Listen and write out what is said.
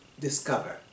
discover